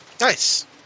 Nice